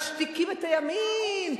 משתיקים את הימין,